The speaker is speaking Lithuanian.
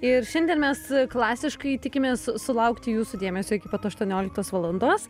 ir šiandien mes klasiškai tikimės sulaukti jūsų dėmesio iki pat aštuonioliktos valandos